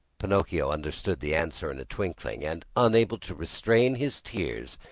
pinocchio understood the answer in a twinkling, and, unable to restrain his tears,